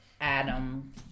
Adam